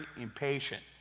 impatient